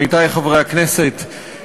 עמיתי חברי הכנסת,